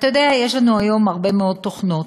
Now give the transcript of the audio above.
אתה יודע, יש לנו היום הרבה מאוד תוכנות.